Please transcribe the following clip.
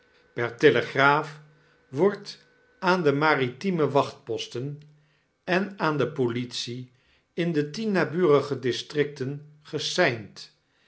per teiegraaf wordt aan de maritieme wachtposten en aan de politie in de tien naburige districten geseind